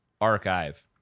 Archive